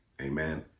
amen